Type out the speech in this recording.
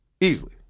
Easily